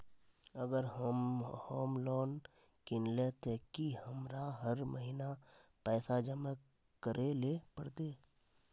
अगर हम लोन किनले ते की हमरा हर महीना पैसा जमा करे ले पड़ते?